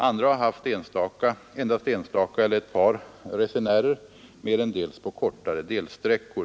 Andra har haft endast enstaka eller ett par resenärer, merendels på kortare delsträckor.